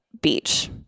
beach